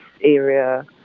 area